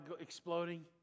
exploding